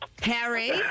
Harry